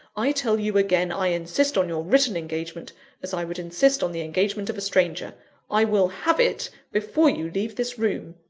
i tell you again, i insist on your written engagement as i would insist on the engagement of a stranger i will have it, before you leave this room!